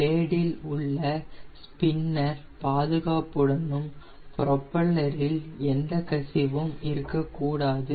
பிளேடுஇல் உள்ள ஸ்பின்னர் பாதுகாப்புடனும் ப்ரோப்பெல்லர் இல் எந்த கசிவும் இருக்க கூடாது